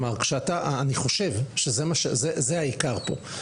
אני חושב שזה העיקר פה.